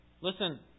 listen